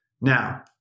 now